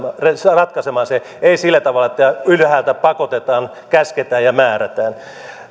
ratkaisemaan se ei sillä tavalla että ylhäältä pakotetaan käsketään ja määrätään